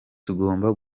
tugomba